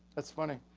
that's funny,